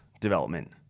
development